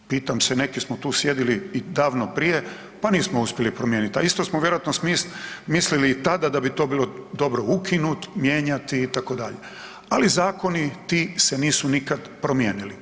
Pitam se, neki smo tu sjedili i davno prije pa nismo uspjeli promijeniti, a isto smo vjerojatno mislili i tada da bi to bilo dobro ukinuti, mijenja itd., ali zakoni ti se nisu nikad promijenili.